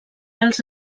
als